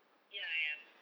ya I am